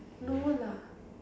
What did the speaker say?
no lah